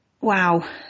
Wow